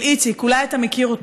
של איציק, אולי אתה מכיר אותו,